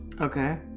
Okay